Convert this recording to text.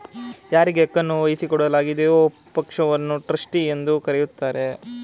ಯಾರಿಗೆ ಹಕ್ಕುನ್ನ ವಹಿಸಿಕೊಡಲಾಗಿದೆಯೋ ಪಕ್ಷವನ್ನ ಟ್ರಸ್ಟಿ ಎಂದು ಕರೆಯುತ್ತಾರೆ